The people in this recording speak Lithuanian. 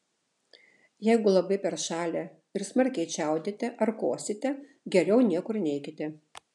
jeigu labai peršalę ir smarkiai čiaudite ar kosite geriau niekur neikite